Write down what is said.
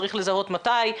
צריך לזהות מתי,